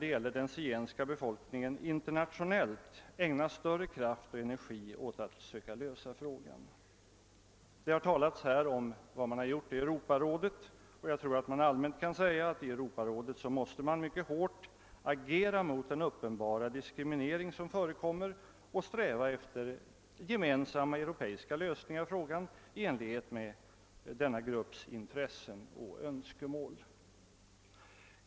Vårt land borde dessutom internationellt ägna större kraft och energi åt att försöka lösa frågan om zigenarnas förhållanden. Det har under debatten nämnts vad Europarådet gjort. Jag tror också att man allmänt kan uttala att Europarådet måste agera mycket hårt mot den diskriminering som förekommer av zigenarna och sträva efter gemensamma europeiska lösningar av frågan i enlighet med denna grupps intressen och önskemål.